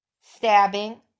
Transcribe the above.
stabbing